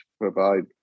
provide